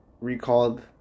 recalled